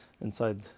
inside